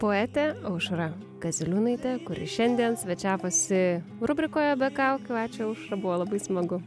poetė aušra kaziliūnaitė kuri šiandien svečiavosi rubrikoje be kaukių ačiū aušra buvo labai smagu